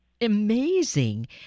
amazing